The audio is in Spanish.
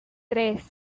tres